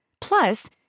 Plus